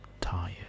tired